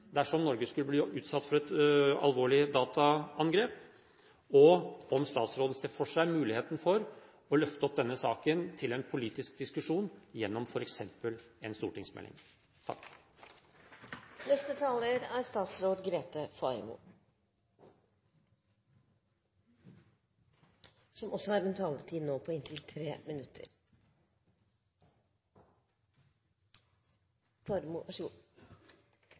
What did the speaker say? dersom Norge skulle bli utsatt for et alvorlig dataangrep? Og, ser statsråden for seg muligheten for å løfte denne saken opp til en politisk diskusjon gjennom f.eks. en stortingsmelding? Igjen takk til interpellanten for å trekke ut essensen knyttet til utfordringene vi har på